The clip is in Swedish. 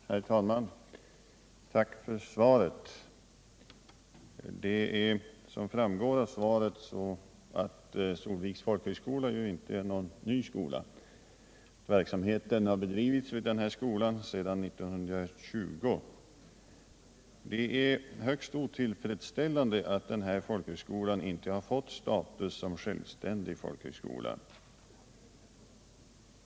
Herr talman! Jag tackar utbildningsministern för svaret. Som också framgår av svaret är Solviks folkhögskola inte någon ny skola. Verksamheten där har bedrivits sedan 1920. Det är högst otillfredsställande att denna folkhögskola inte har fått status som självständig folkhögskola.